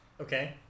Okay